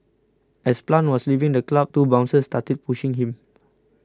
as Plant was leaving the club two bouncers started pushing him